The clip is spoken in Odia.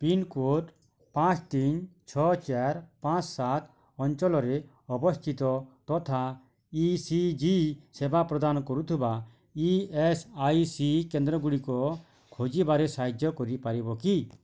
ପିନ୍କୋଡ଼୍ ପାଞ୍ଚ ତିନି ଛଅ ଚାରି ପାଞ୍ଚ ସାତ ଅଞ୍ଚଲରେ ଅବସ୍ଥିତ ତଥା ଇ ସି ଜି ସେବା ପ୍ରଦାନ କରୁଥିବା ଇ ଏସ୍ ଆଇ ସି କେନ୍ଦ୍ରଗୁଡ଼ିକ ଖୋଜିବାରେ ସାହାଯ୍ୟ କରିପାରିବ କି